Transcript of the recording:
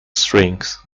strings